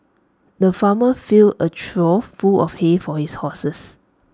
the farmer filled A trough full of hay for his horses